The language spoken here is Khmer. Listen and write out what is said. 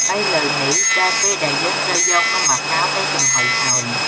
ឥឡូវនេះ ដល់ពេលដែលយើងត្រូវយកនំអាកោរទៅចំហុយហើយ។